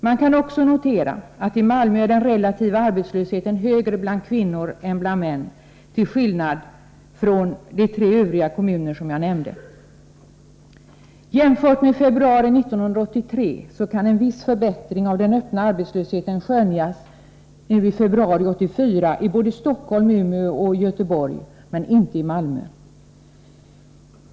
Man kan också notera att i Malmö är den relativa arbetslösheten högre bland kvinnor än bland män, till skillnad från vad som är fallet i de tre övriga kommuner som jag nämnt. Jämfört med februari 1983 kan en viss förbättring av den öppna arbetslösheten skönjas i februari 1984 när det gäller Stockholm, Umeå och Göteborg men inte när det gäller Malmö.